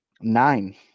Nine